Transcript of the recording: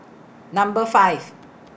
Number five